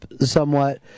somewhat